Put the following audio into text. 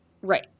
Right